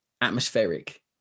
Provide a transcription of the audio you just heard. atmospheric